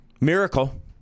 miracle